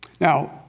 Now